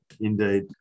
Indeed